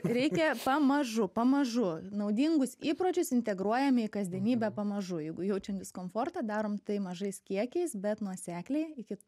reikia pamažu pamažu naudingus įpročius integruojame į kasdienybę pamažu jeigu jaučiam diskomfortą darom tai mažais kiekiais bet nuosekliai iki